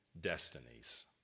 destinies